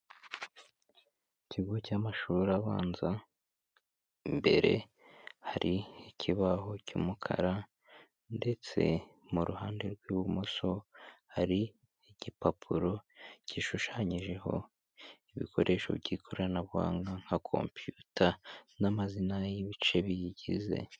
Ikigo cy'amashuri abanza, imbere hari ikibaho cy'umukara ndetse mu ruhande rw'ibumoso hari igipapuro gishushanyijeho ibikoresho by'ikoranabuhanga nka computer n'amazina y'ibice biyigize.